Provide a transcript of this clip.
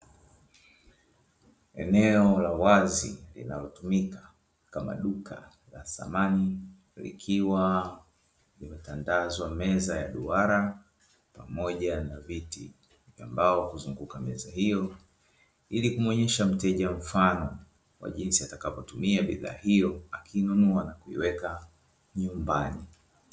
Eneo la wazi linalotumika kama duka la samani likiwa limetandazwa meza ya duara pamoja na viti vya mbao, vikizunguka meza hiyo ili kumuonyesha mteja mfano wa jinsi atakavyotumia bidhaa hizo na kuiweka nyumbani.